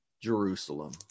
Jerusalem